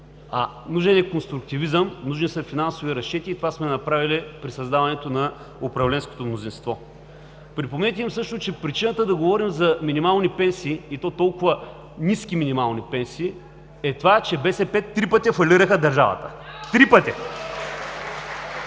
е нужен конструктивизъм, нужни са финансови разчети и това сме направили при създаването на управленското мнозинство. Припомнете им също, че причината да говорим за минимални пенсии, и то толкова ниски минимални пенсии, е това, че БСП три пъти фалираха държавата.